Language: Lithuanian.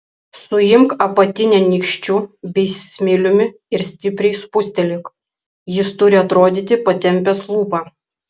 suimk apatinę nykščiu bei smiliumi ir stipriai spustelėk jis turi atrodyti patempęs lūpą